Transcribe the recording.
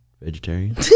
vegetarian